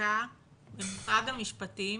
וחקיקה במשרד המשפטים